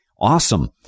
awesome